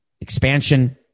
expansion